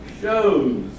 Shows